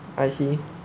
I see